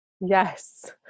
Yes